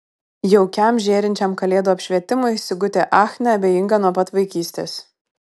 jaukiam žėrinčiam kalėdų apšvietimui sigutė ach neabejinga nuo pat vaikystės